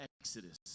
Exodus